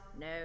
no